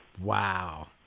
Wow